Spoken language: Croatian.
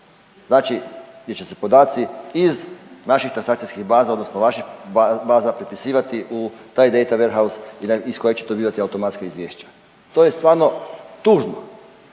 Znači gdje će se podaci iz naših transakcijskih baza odnosno vaših baza prepisivati u taj dana ware house iz kojeg će dobivati automatska izvješća. To je stvarno tužno